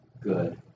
good